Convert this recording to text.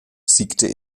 siegte